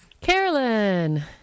carolyn